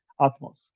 Atmos